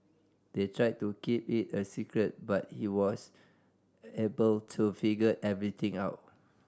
they tried to keep it a secret but he was able to figure everything out